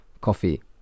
coffee